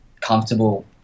comfortable